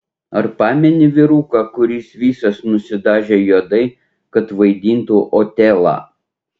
ar pameni vyruką kuris visas nusidažė juodai kad vaidintų otelą